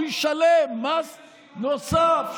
הוא ישלם מס נוסף,